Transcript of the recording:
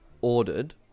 ordered